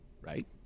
right